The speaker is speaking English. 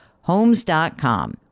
Homes.com